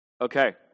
Okay